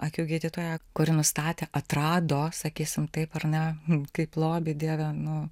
akių gydytoja kuri nustatė atrado sakysim taip ar ne kaip lobį dieve nu